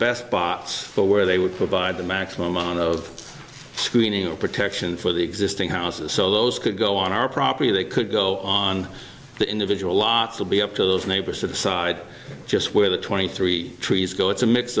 best box where they would provide the maximum amount of screening or protection for the existing houses so those could go on our property they could go on the individual lots of be up to those neighbors to the side just where the twenty three trees go it's a mix